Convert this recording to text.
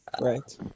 right